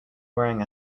wearing